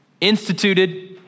instituted